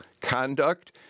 conduct